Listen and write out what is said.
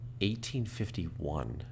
1851